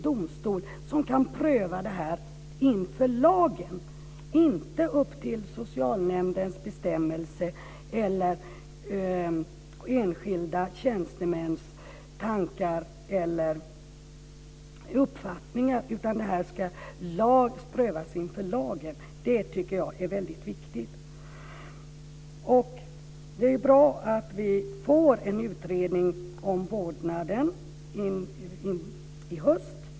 Domstol ska pröva det inför lagen. Det ska inte vara upp till socialnämndens bestämmelser eller enskilda tjänstemäns tankar eller uppfattningar, utan det ska prövas inför lagen. Det tycker jag är väldigt viktigt. Det är bra att vi får en utredning i höst om vårdnad.